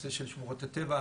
הנושא של שמורות הטבע.